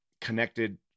connected